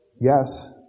yes